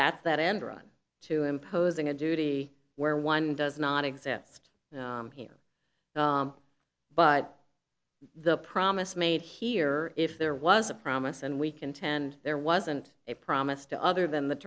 that's that enron too imposing a duty where one does not exist here but the promise made here if there was a promise and we contend there wasn't a promise to other than the